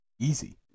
Easy